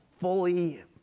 fully